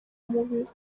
mubiri